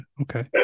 Okay